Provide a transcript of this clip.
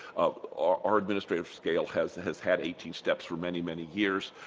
our our administrative scale has has had eighteen steps for many many years.